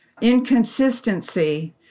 inconsistency